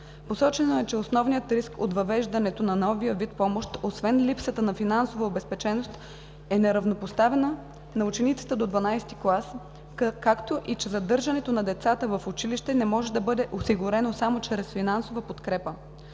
Посочено е, че основният риск от въвеждането на новия вид помощ, освен липсата на финансова обезпеченост, е неравнопоставеността на учениците до 12-ти клас, както и че задържането на децата в училище не може да бъде осигурено само чрез финансова подкрепа.